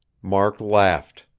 mark laughed.